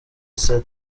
izo